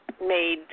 made